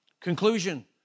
Conclusion